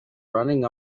running